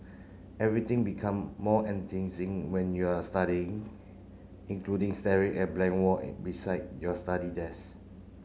everything become more enticing when you are studying including staring at blank wall and beside your study desk